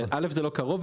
א', זה לא קרוב.